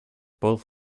both